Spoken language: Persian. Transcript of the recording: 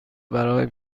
برای